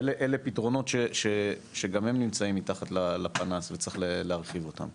אלה פתרונות שגם הם נמצאים מתחת לפנס וצריך להרחיב אותם.